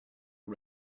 are